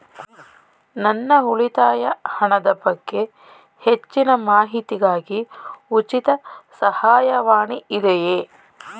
ನನ್ನ ಉಳಿತಾಯ ಹಣದ ಬಗ್ಗೆ ಹೆಚ್ಚಿನ ಮಾಹಿತಿಗಾಗಿ ಉಚಿತ ಸಹಾಯವಾಣಿ ಇದೆಯೇ?